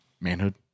Manhood